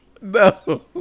no